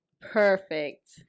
perfect